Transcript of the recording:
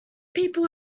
people